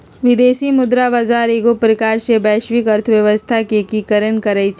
विदेशी मुद्रा बजार एगो प्रकार से वैश्विक अर्थव्यवस्था के एकीकरण करइ छै